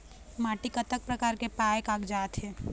माटी कतक प्रकार के पाये कागजात हे?